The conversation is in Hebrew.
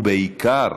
ובעיקר